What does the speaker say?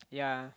yeah